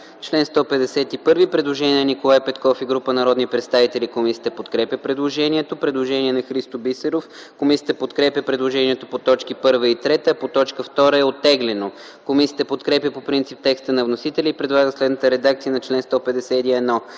Член 151. Предложение на Николай Петков и група народни представители. Комисията подкрепя предложението. Предложение на народния представител Христо Бисеров. Комисията подкрепя предложението по т. 1 и 3, а по т. 2 е оттеглено. Комисията подкрепя по принцип текста на вносителя и предлага следната редакция на чл. 151: